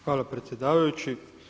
Hvala predsjedavajući.